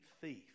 thief